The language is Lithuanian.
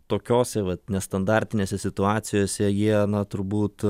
tokiose vat nestandartinėse situacijose jie na turbūt